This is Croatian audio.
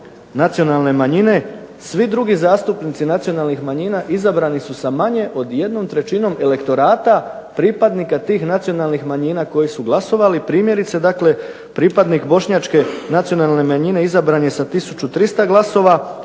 nacionalne manjine svi drugi zastupnici nacionalnih manjina izabrani su sa manje od 1/3 elektorata pripadnika tih nacionalnih manjina koji su glasovali primjerice dakle pripadnik Bošnjačke nacionalne manjine izabran je sa tisuću 300 glasova,